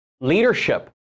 leadership